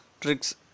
tricks